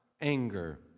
anger